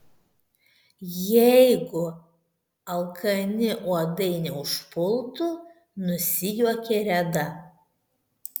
jeigu alkani uodai neužpultų nusijuokė reda